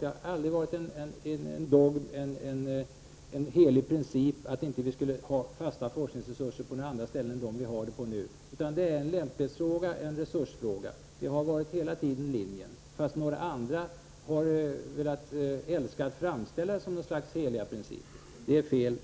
Det har aldrig varit en helig princip att det inte skall finnas fasta forskningsresurser på andra ställen än där de finns nu. Det är en lämplighetsoch resursfråga. Det har hela tiden varit vår linje. Andra har dock velat framställa det som ett slags helig princip. Det är fel.